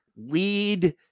lead